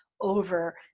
over